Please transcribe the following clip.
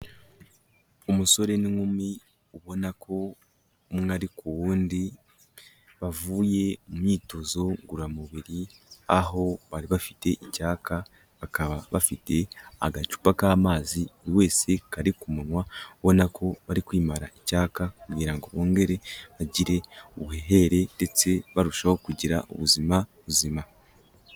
Umusore n'inkumi ubona ko umwe ari ku wundi, bavuye mu myitozo ngororamubiri, aho bari bafite icyaka, bakaba bafite agacupa k'amazi, buri wese kari ku munwa, ubona ko bari kwimara icyaka kugira ngo bongere bagire ubuhehere ndetse barushaho kugira ubuzima buzima.